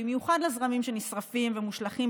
במיוחד לזרמים שנשרפים ומושלכים,